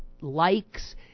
likes